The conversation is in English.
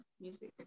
music